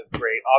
great